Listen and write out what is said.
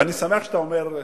ואני שמח שאתה אומר,